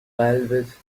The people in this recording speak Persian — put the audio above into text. قلبت